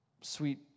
sweet